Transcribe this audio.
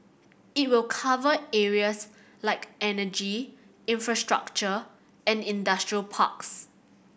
it will cover areas like energy infrastructure and industrial parks